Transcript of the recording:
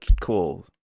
cool